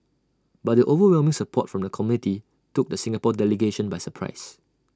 but the overwhelming support from the committee took the Singapore delegation by surprise